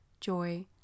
joy